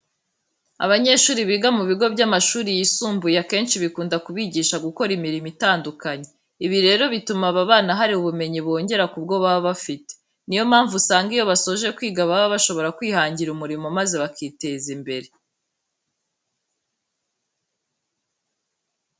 Abanyeshuri biga mu bigo by'amashuri yisumbuye akenshi bikunda kubigisha gukora imirimo itandukanye. Ibi rero bituma aba bana hari ubumenyi bongera ku bwo baba bafite. Ni yo mpamvu usanga iyo basoje kwiga baba bashobora kwihangira umurimo maze bakiteza imbere.